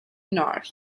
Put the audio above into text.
north